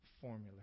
formula